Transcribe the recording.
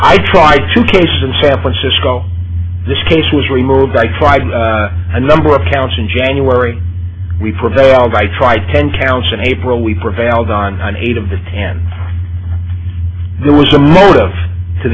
i tried to case in san francisco this case was removed i tried a number of counts in january we prevailed i tried ten counts in april we prevailed on an eight of the ten there was a motive to